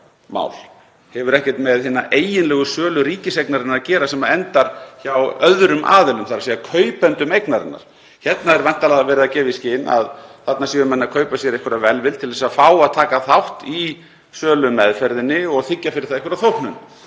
Það hefur ekkert með hina eiginlegu sölu ríkiseignarinnar að gera sem endar hjá öðrum aðilum, þ.e. kaupendum eignarinnar. Hérna er væntanlega verið að gefa í skyn að þarna séu menn að kaupa sér einhverja velvild til að fá að taka þátt í sölumeðferðinni og þiggja fyrir það einhverja þóknun.